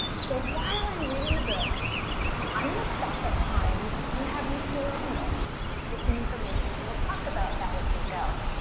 so while i'm reading the book i'm gonna stop at times and have you fill in this with some information, and we'll talk about that as we go.